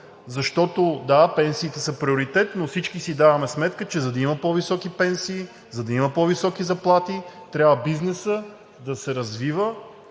защото – да, пенсиите са приоритет, но всички си даваме сметка, че за да има по-високи пенсии, за да има по-високи заплати, трябва бизнесът да се развива,